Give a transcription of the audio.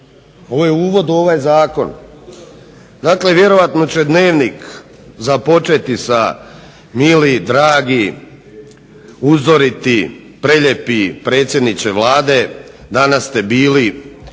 Ovo je uvod u ovaj zakon. Dakle vjerojatno će Dnevnik započeti sa mili, dragi, uzoriti, prelijepi predsjedniče Vlade, danas ste bili u